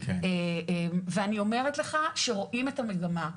ואני אומרת לך שרואים את המגמה.